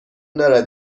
دارد